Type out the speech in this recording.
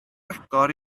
agor